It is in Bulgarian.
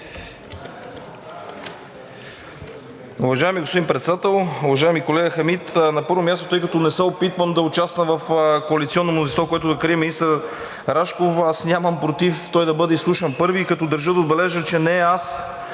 Уважаеми господин Председател, уважаеми колега Хамид! На първо място, тъй като не се опитвам да участвам в коалиционно мнозинство, което да крие министър Рашков, аз нямам против той да бъде изслушан първи, като държа да отбележа, че не аз